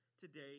today